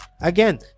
again